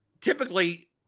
typically